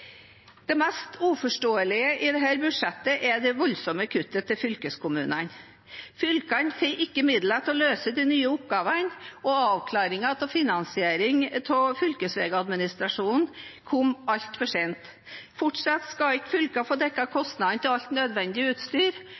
Det mest uforståelige i dette budsjettet er det voldsomme kuttet til fylkeskommunene. Fylkene får ikke midler til å løse de nye oppgavene, og avklaringen av finansiering av fylkesvegadministrasjonen kom altfor sent. Fortsatt skal ikke fylkene få dekket kostnadene til alt nødvendig utstyr